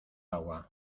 agua